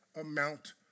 amount